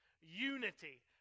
unity